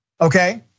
okay